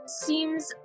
Seems